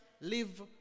live